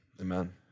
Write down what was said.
Amen